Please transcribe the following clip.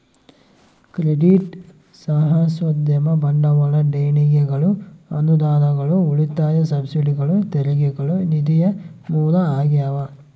credit ಸಾಹಸೋದ್ಯಮ ಬಂಡವಾಳ ದೇಣಿಗೆಗಳು ಅನುದಾನಗಳು ಉಳಿತಾಯ ಸಬ್ಸಿಡಿಗಳು ತೆರಿಗೆಗಳು ನಿಧಿಯ ಮೂಲ ಆಗ್ಯಾವ